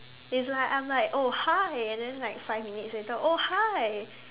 it's like I'm like oh hi and then like five minutes later oh hi